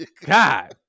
God